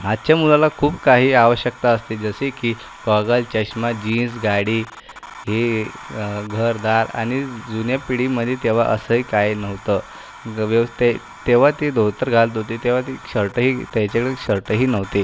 आजच्या मुलाला खूप काही आवश्यकता असते जसे की गॉगल चष्मा जीन्स गाडी हे घर दार आणि जुन्या पिढीमध्ये तेव्हा असंही काही नव्हतं ग व्य तय् तेव्हा ते धोतर घालत होते तेव्हा ते शर्टही त्याच्या वेळी शर्टही नव्हते